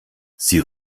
sie